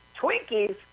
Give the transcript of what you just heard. Twinkies